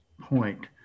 point